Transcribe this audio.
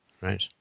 Right